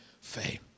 faith